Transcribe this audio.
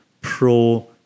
pro